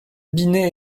binet